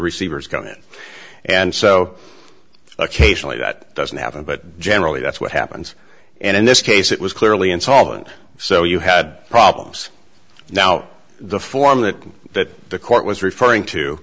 receivers come in and so occasionally that doesn't happen but generally that's what happens and in this case it was clearly insolvent so you had problems now the form that that the court was referring to